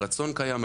הרצון קיים,